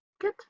Good